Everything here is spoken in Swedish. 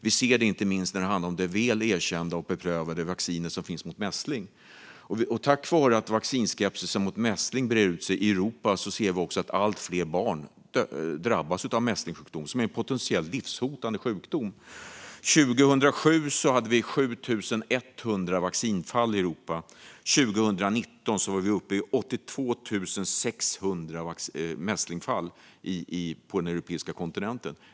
Vi ser det inte minst när det handlar om de erkända och väl beprövade vacciner som finns mot mässling. På grund av att vaccinskepsisen när det gäller mässling brer ut sig i Europa ser vi att allt fler barn drabbas av mässling, som är en potentiellt livshotande sjukdom. År 2007 hade vi 7 100 mässlingsfall i Europa; år 2019 var vi uppe i 82 600 mässlingsfall på den europeiska kontinenten.